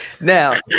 Now